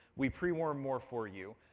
we prewarm more for you.